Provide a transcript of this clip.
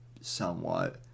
somewhat